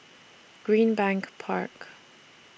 Greenbank Park